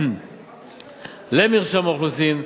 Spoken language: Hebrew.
למרשם האוכלוסין,